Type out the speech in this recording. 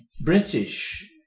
British